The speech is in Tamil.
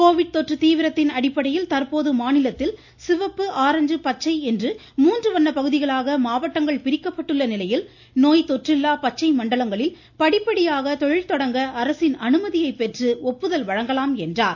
கோவிட் தொற்று தீவிரத்தின் அடிப்படையில் தற்போது மாநிலத்தில் சிவப்பு ஆரஞ்சு பச்சை என்று மூன்று வண்ண பகுதிகளாக மாவட்டங்கள் பிரிக்கப்பட்டுள்ள நிலையில் நோய் தொற்றில்லா பச்சை மண்டலங்களில் படிப்படியாக தொழில் தொடங்க அரசின் அனுமதியை பெற்று ஒப்புதல் வழங்கலாம் என்றும் கூறினார்